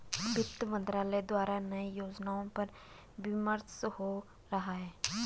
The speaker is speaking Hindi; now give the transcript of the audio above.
वित्त मंत्रालय द्वारा नए योजनाओं पर विमर्श हो रहा है